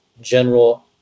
general